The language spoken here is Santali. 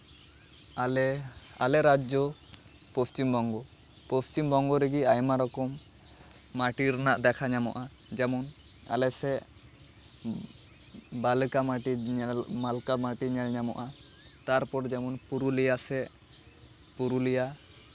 ᱟᱞᱮ ᱟᱞᱮ ᱨᱟᱡᱡᱚ ᱯᱚᱥᱪᱤᱢᱵᱚᱝᱜᱚ ᱯᱚᱥᱪᱤᱢ ᱵᱚᱝᱜᱚ ᱨᱮᱜᱮ ᱟᱭᱢᱟ ᱨᱚᱠᱚᱢ ᱢᱟᱹᱴᱤ ᱨᱮᱱᱟᱜ ᱫᱮᱠᱷᱟ ᱧᱟᱢᱚᱜᱼᱟ ᱡᱮᱢᱚᱱ ᱟᱞᱮ ᱥᱮᱜ ᱵᱟᱨ ᱞᱮᱠᱟ ᱢᱟᱹᱴᱤ ᱢᱟᱞᱠᱟ ᱢᱟᱹᱴᱤ ᱧᱮᱞ ᱧᱟᱢᱚᱜᱼᱟ ᱴᱟᱨᱯᱚᱨ ᱡᱮᱢᱚᱱ ᱯᱩᱨᱩᱞᱤᱭᱟ ᱥᱮᱜ ᱯᱩᱨᱩᱞᱤᱭᱟ